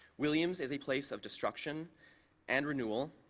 williams is a place of destruction and renewal,